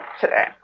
today